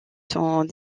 sont